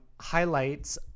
highlights